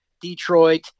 Detroit